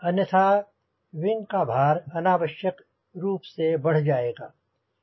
अन्यथा विंग का भार अनावश्यक रूप से बढ़ जाएगा